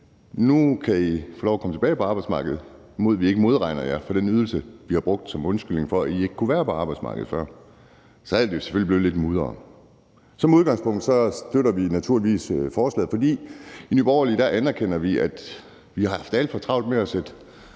I kan få lov at komme tilbage på arbejdsmarkedet, mod at vi ikke modregner jer for den ydelse, vi har brugt som undskyldning for, at I ikke kunne være på arbejdsmarkedet før, så er det jo selvfølgelig, det bliver lidt mudret. Som udgangspunkt støtter vi naturligvis forslaget. For i Nye Borgerlige anerkender vi, at man stadig har for travlt med at sende